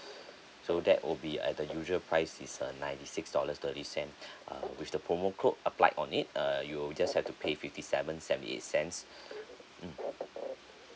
so that will be at the usual price is uh ninety six dollars thirty cent uh with the promo code applied on it uh you'll just have to pay fifty seven seventy eight cents mm